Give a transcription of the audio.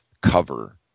cover